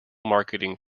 marketing